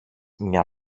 μια